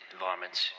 varmints